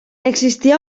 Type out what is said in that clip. existia